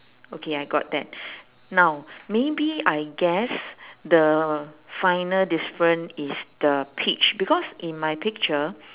okay I got that now maybe I guess the final different is the peach because in my picture